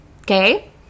okay